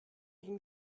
ging